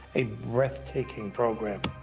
a breathtaking program,